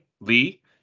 Lee